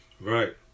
Right